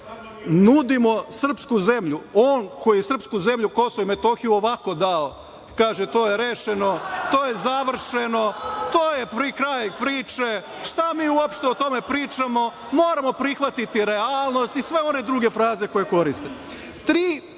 nudimo srpsku zemlju. On, koji je srpsku zemlju Kosovo i Metohiju ovako dao. Kaže – to je rešeno, to je završeno, to je pri kraju priče, šta mi uopšte o tome pričamo, moramo prihvatiti realnost, i sve one druge fraze koje koristi. Tri,